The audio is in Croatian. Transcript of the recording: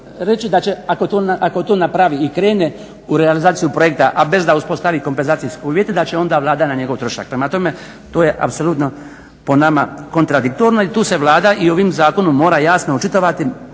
reći da će, ako to napravi i kreni u realizaciju projekta a bez da uspostavi kompenzacijske uvjete da će onda Vlada na njegov trošak. Prema tome, to je apsolutno po nama kontradiktorno i tu se Vlada i ovim zakonom mora jasno očitovati